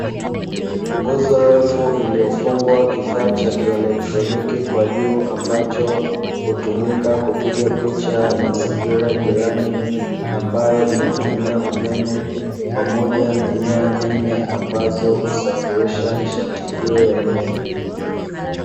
Nguzo refu iliyofungwa kifaa cha kielektroniki kwa juu ambacho hutumika kupiga picha ya mazingira jirani, ambayo inatumia umeme pamoja na nyaya nene ambazo husafirisha nishati hiyo ya umeme.